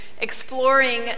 exploring